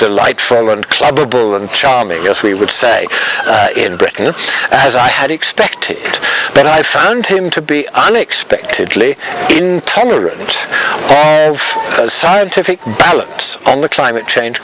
delightful and clubbable and charming as we would say in britain as i had expected but i found him to be unexpectedly intolerant have a scientific balance on the climate change